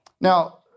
Now